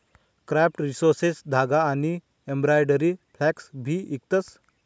craft resources धागा आनी embroidery floss भी इकतस